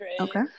Okay